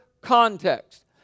context